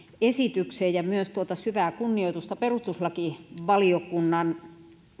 esitykseen ja myös syvää kunnioitusta perustuslakivaliokunnan